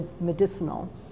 medicinal